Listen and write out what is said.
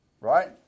right